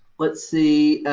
let's see,